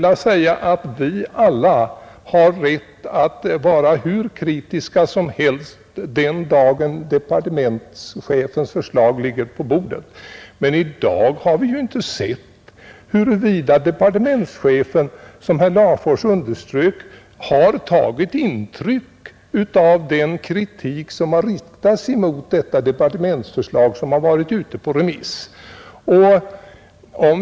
Ja, vi har alla rätt att vara hur kritiska som helst den dagen då departementschefens förslag ligger på riksdagens bord. Men, som herr Larfors underströk, vi har ännu inte sett huruvida departementschefen har tagit intryck av den kritik som riktats mot departementsförslaget som varit ute på remiss.